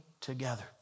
together